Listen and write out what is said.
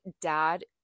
dad